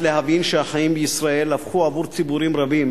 להבין שהחיים בישראל הפכו עבור ציבורים רבים